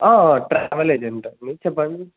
ఆ ట్రావెల్ ఏజెంటే మీరు చెప్పండి